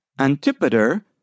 Antipater